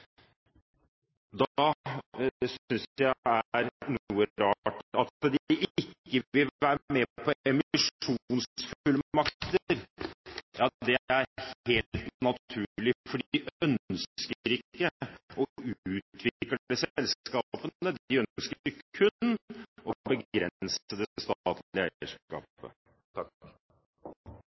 jeg er noe rart. At de ikke vil være med på emisjonsfullmakter, er helt naturlig, for de ønsker ikke å utvikle selskapene, de ønsker kun å begrense